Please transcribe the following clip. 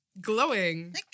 Glowing